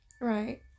Right